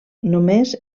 només